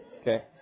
Okay